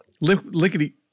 Lickety